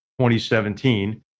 2017